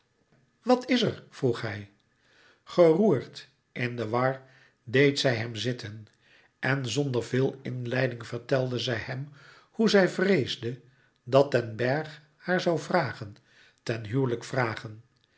wat is er vroeg hij geroerd in de war deed zij hem zitten en zonder veel inleiding vertelde zij hem hoe zij vreesde dat den bergh haar zoû vragen ten huwelijk vragen